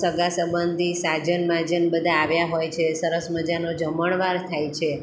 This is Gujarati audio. સગા સબંધી સાજન માજન બધા આવ્યાં હોય છે સરસ મજાનો જમણવાર થાય છે